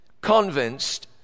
convinced